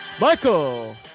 Michael